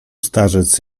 starzec